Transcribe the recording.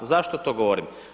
Zašto to govorim?